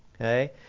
Okay